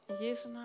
Jesus